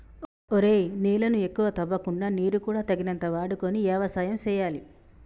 ఒరేయ్ నేలను ఎక్కువగా తవ్వకుండా నీరు కూడా తగినంత వాడుకొని యవసాయం సేయాలి